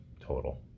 total